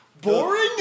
Boring